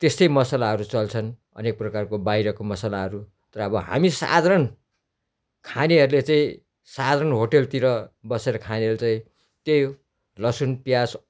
त्यस्तै मसलाहरू चल्छन् अनेक प्रकारको बाहिरको मसलाहरू तर अब हामी साधारण खानेहरूले चाहिँ साधारण होटलतिर बसेर खानेले चाहिँ त्यही हो लसुन प्याज